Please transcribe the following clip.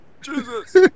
Jesus